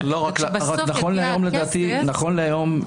כשבסוף יגיע הכסף --- נכון להיום,